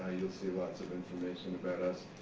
you'll see lots of information about us.